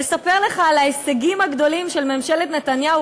לספר לך על ההישגים הגדולים של ממשלת נתניהו,